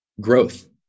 Growth